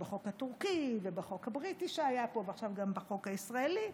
בחוק הטורקי ובחוק הבריטי שהיה פה ועכשיו גם בחוק הישראלי,